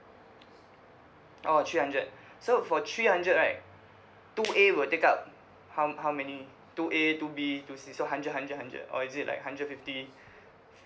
orh three hundred so for three hundred right two A will take up how how many two A two B two C so hundred hundred hundred or is it like hundred fifty